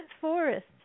forest